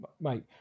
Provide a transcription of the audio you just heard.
Mate